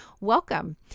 Welcome